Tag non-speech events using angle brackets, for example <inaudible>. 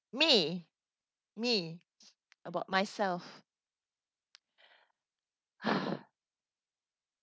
me me about myself <noise>